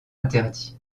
interdit